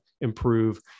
improve